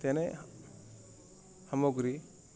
তেনে সামগ্ৰী